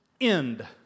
end